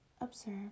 observe